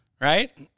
right